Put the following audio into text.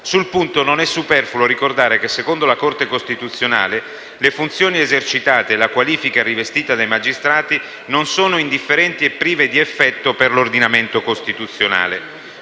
Sul punto non è superfluo ricordare che secondo la Corte costituzionale le funzioni esercitate e la qualifica rivestita dai magistrati non sono indifferenti e prive di effetto per l'ordinamento costituzionale.